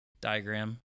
diagram